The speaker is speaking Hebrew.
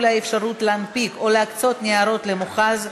האפשרות להנפיק או להקצות ניירות ערך למוכ"ז),